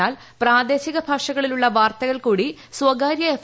എന്നാൽ പ്രൂദേശിക ഭാഷകളിലുള്ള വാർത്തകൾ കൂടി സ്ഥകാര്യ എഫ്